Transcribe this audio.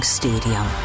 stadium